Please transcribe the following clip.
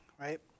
Right